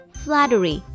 flattery